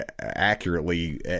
accurately